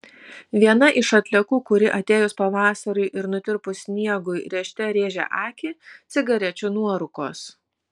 viena iš atliekų kuri atėjus pavasariui ir nutirpus sniegui rėžte rėžia akį cigarečių nuorūkos